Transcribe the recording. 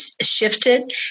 shifted